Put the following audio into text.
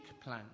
plan